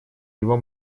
его